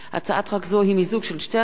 הצעת חוק זו היא מיזוג של שתי הצעות